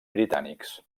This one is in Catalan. britànics